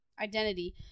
identity